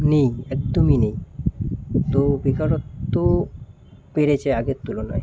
নেই একদমই নেই তো বেকারত্ব বেড়েছে আগে তুলনায়